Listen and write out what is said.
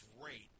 great